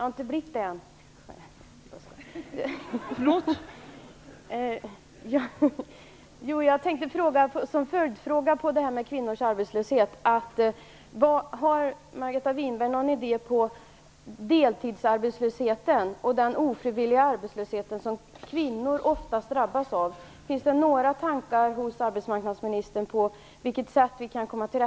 Fru talman! Som en följdfråga om kvinnors arbetslöshet undrar jag om Margareta Winberg har någon idé om deltidsarbetslösheten - denna ofrivilliga arbetslöshet som oftast drabbar kvinnor.